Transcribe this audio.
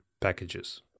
packages